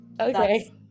okay